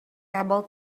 able